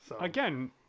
again